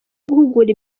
guhugura